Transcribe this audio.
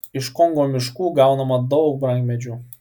iš kongo miškų gaunama daug brangmedžių